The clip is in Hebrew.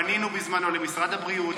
פנינו בזמנו למשרד הבריאות,